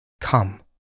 come